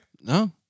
No